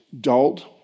dulled